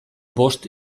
bost